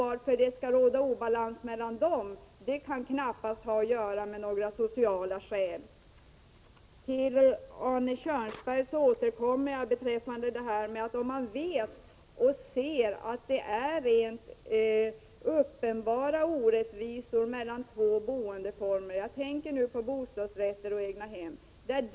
Att det skall råda obalans mellan dem kan det knappast finnas några sociala skäl för. Så till Arne Kjörnsberg. Jag återkommer till att det förekommer orättvisor mellan boendeformerna bostadsrätt och egnahem.